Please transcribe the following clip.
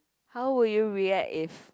how would you react if